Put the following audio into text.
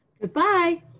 Goodbye